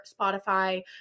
Spotify